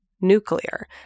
nuclear